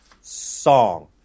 song